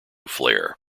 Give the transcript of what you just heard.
flair